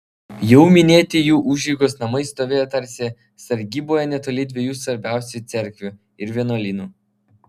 jau minėti jų užeigos namai stovėjo tarsi sargyboje netoli dviejų svarbiausių cerkvių ir vienuolynų